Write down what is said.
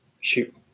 shoot